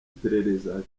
perereza